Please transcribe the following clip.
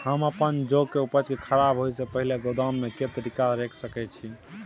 हम अपन जौ के उपज के खराब होय सो पहिले गोदाम में के तरीका से रैख सके छी?